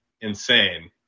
insane